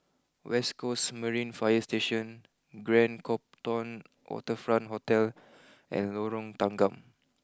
West Coast Marine fire Station Grand Copthorne Waterfront Hotel and Lorong Tanggam